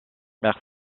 myers